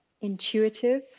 intuitive